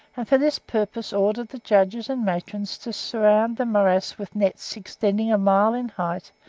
and for this purpose ordered the judges and matrons to surround the morass with nets extending a mile in height,